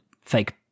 fake